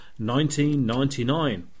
1999